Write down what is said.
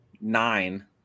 nine